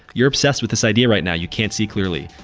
you're obsessed with this idea right now. you can't see clearly.